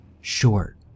Short